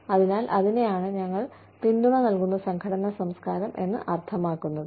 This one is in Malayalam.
അതിനാൽ അതിനെയാണ് ഞങ്ങൾ പിന്തുണ നൽകുന്ന സംഘടനാ സംസ്കാരം എന്ന് അർത്ഥമാക്കുന്നത്o